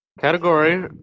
Category